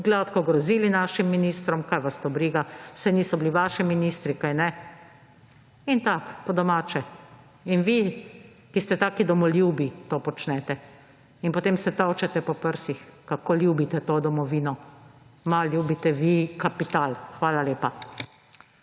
gladko grozili našim ministrom, kaj vas to briga, saj niso bili vaši ministri, kajne, tako, po domače. In vi, ki ste taki domoljubi, to počnete. In potem se tolčete po prsih, kako ljubite to domovino. Ma, ljubite vi kapital! Hvala lepa.